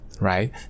right